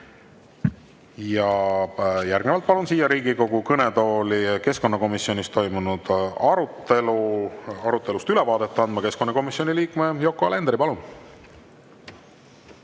Järgnevalt palun siia Riigikogu kõnetooli keskkonnakomisjonis toimunud arutelust ülevaadet andma keskkonnakomisjoni liikme Yoko Alenderi. Palun!